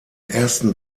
ersten